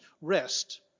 rest